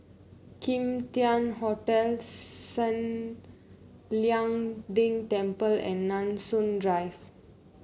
Kim Tian Hotel San Lian Deng Temple and Nanson Drive